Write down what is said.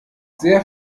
sehr